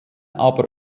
aber